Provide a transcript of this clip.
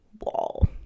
wall